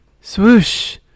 swoosh